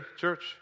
church